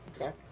Okay